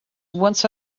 once